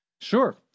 Sure